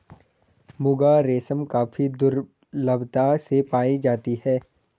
मुगा रेशम काफी दुर्लभता से पाई जाती है